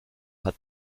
hat